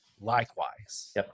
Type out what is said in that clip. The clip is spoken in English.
likewise